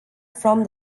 from